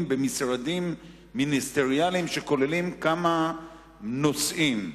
במשרדים מיניסטריאליים שכוללים כמה נושאים.